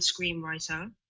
screenwriter